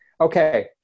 Okay